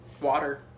Water